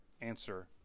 answer